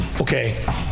Okay